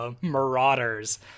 marauders